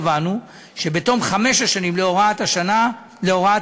קבענו שבתום חמש השנים להוראת השעה